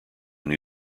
new